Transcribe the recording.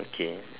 okay